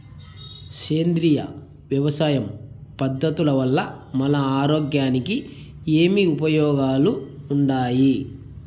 సేంద్రియ వ్యవసాయం పద్ధతుల వల్ల మన ఆరోగ్యానికి ఏమి ఉపయోగాలు వుండాయి?